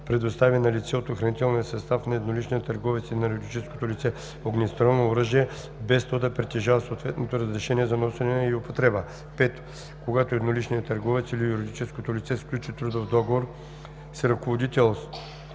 предостави на лице от охранителния състав на едноличния търговец или на юридическото лице огнестрелно оръжие, без то да притежава съответно разрешение за носене и употреба; 5. когато едноличният търговец или юридическото лице сключи трудов договор с ръководител